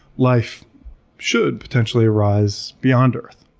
life should potentially arise beyond earth.